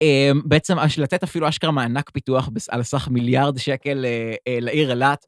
בעצם לתת אפילו אשכרה מענק פיתוח על סך מיליארד שקל לעיר אילת.